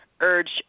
urged